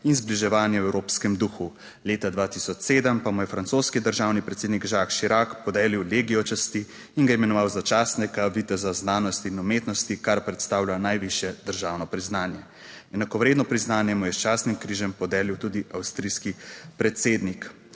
in zbliževanje v evropskem duhu leta 2007 pa mu je francoski državni predsednik Jacques Chirak podelil legijo časti in ga imenoval za častnega viteza znanosti in umetnosti, kar predstavlja najvišje državno priznanje. Enakovredno priznanje mu je s častnim križem podelil tudi avstrijski predsednik.